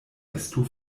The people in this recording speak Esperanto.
estu